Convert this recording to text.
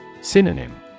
Synonym